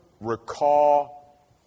recall